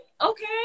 okay